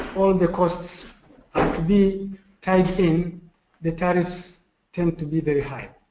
all the costs um to be tied in the tariffs tend to be very high.